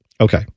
Okay